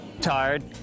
tired